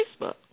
Facebook